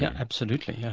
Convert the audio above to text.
yeah absolutely. yeah